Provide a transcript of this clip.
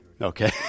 Okay